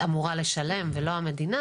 אמורה לשלם ולא המדינה,